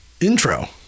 intro